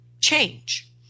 change